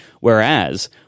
Whereas